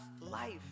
life